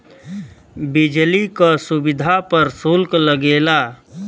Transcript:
बिजली क सुविधा पर सुल्क लगेला